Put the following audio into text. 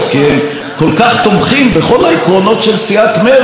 כי הם כל כך תומכים בכל העקרונות של סיעת מרצ,